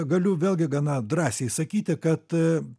galiu vėlgi gana drąsiai sakyti kad